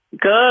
Good